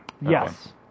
Yes